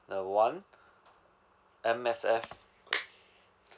the one M_S_F